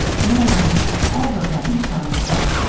no one had ever been unkind to her.